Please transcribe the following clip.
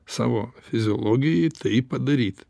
savo fiziologijai tai padaryt